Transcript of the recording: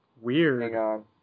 Weird